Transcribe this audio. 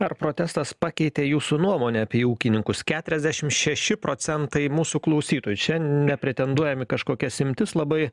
ar protestas pakeitė jūsų nuomonę apie ūkininkus keturiasdešim šeši procentai mūsų klausytojų čia nepretenduojam į kažkokias imtis labai